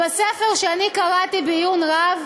בספר, שאני קראתי בעיון רב,